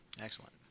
Excellent